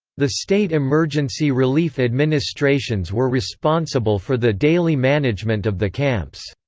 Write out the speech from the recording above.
the state emergency relief administrations were responsible for the daily management of the camps.